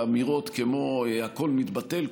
ואמירות כמו: הכול מתבטל,